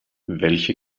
welche